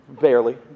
Barely